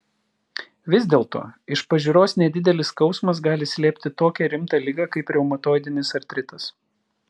vis dėlto iš pažiūros nedidelis skausmas gali slėpti tokią rimtą ligą kaip reumatoidinis artritas